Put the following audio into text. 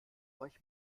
euch